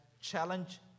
challenge